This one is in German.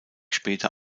später